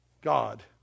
God